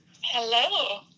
Hello